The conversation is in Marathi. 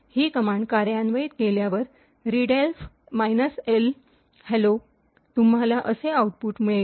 ही कमांड कार्यान्वित केल्यावर readelf -L hello readelf L hello तुम्हाला असे आउटपुट मिळेल